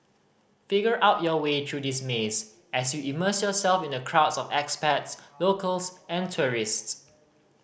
figure out your way through this maze as you immerse yourself in the crowds of locals and tourists